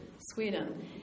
Sweden